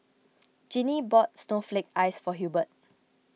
Ginny bought Snowflake Ice for Hubert